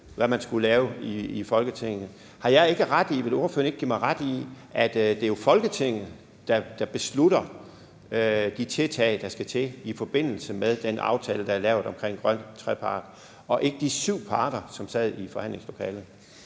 hvad man skulle lave i Folketinget. Vil ordføreren ikke give mig ret i, at det jo er Folketinget, der beslutter, hvilke tiltag der skal til i forbindelse med den aftale, der er lavet om den grønne trepart, og ikke de syv parter, som sad i forhandlingslokalet?